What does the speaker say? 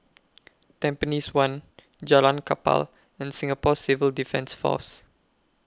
Tampines one Jalan Kapal and Singapore Civil Defence Force